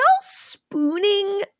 spooning